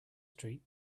street